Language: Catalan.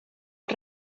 els